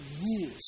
rules